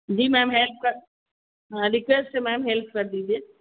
जी ma'am है help कर हाँ रिक्वेस्ट है मैम हेल्प कर दीजिए